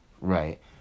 right